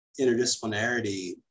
Interdisciplinarity